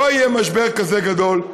לא יהיה משבר כזה גדול,